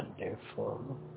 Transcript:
wonderful